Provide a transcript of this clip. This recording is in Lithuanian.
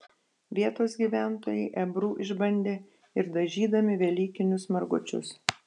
vietos gyventojai ebru išbandė ir dažydami velykinius margučius